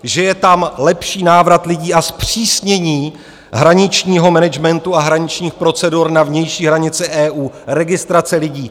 Že je tam lepší návrat lidí a zpřísnění hraničního managementu a hraničních procedur na vnější hranici EU, registrace lidí?